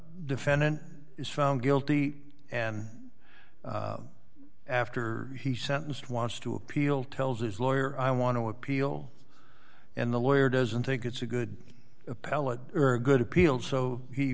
defendant is found guilty and after he sentenced wants to appeal tells his lawyer i want to appeal and the lawyer doesn't think it's a good appellate her good appeal so he